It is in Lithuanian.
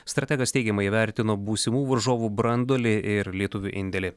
strategas teigiamai įvertino būsimų varžovų branduolį ir lietuvių indėlį